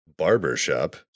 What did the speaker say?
Barbershop